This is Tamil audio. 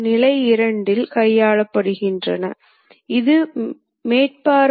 கோ ஆர்டினேட் அமைப்புகள் எளிதானவை